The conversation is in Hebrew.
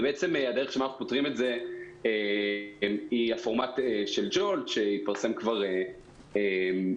הדרך לפתור את זה היא הפורמט של Jolt שהתפרסם כבר בעולם.